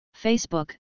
Facebook